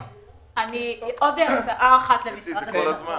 עוד הצעה אחת למשרד הביטחון.